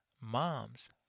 moms